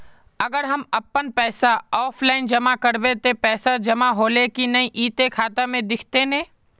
अगर हम अपन पैसा ऑफलाइन जमा करबे ते पैसा जमा होले की नय इ ते खाता में दिखते ने?